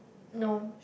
no